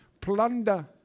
plunder